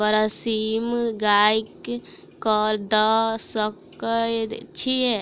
बरसीम गाय कऽ दऽ सकय छीयै?